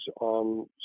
on